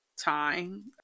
time